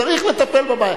צריך לטפל בבעיה.